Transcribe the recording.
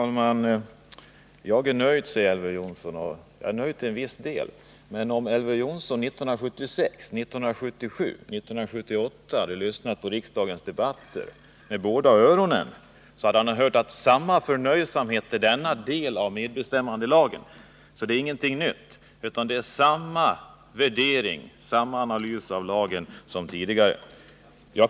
Herr talman! Lars-Ove Hagberg är nöjd, säger Elver Jonsson. Ja, till en viss del. Men om Elver Jonsson 1976, 1977 och 1978 hade lyssnat till riksdagens debatter med båda öronen, så hade han hört samma förnöjsamhet uttryckas i fråga om samma avsnitt av medbestämmandelagen, så det är ingenting nytt. Vi gör samma värdering och samma analys av lagen som tidigare.